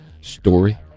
story